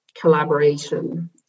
collaboration